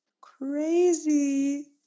crazy